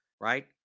right